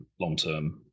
long-term